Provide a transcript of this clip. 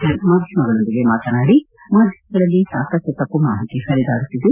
ಗರ್ಗ್ ಮಾಧ್ಯಮಗಳೊಂದಿಗೆ ಮಾತನಾಡಿ ಮಾಧ್ಯಮಗಳಲ್ಲಿ ಸಾಕಷ್ಟು ತಪ್ಪು ಮಾಹಿತಿ ಪರಿದಾಡುತ್ತಿದೆ